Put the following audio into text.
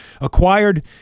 acquired